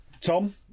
Tom